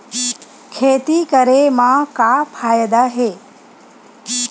खेती करे म का फ़ायदा हे?